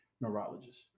neurologist